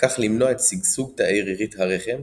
וכך למנוע את שגשוג תאי רירית הרחם